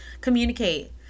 Communicate